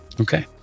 Okay